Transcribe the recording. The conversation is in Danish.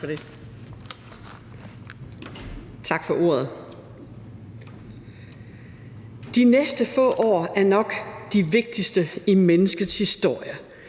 Tak for ordet. De næste få år er nok de vigtigste i menneskets historie.